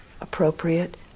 appropriate